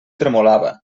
tremolava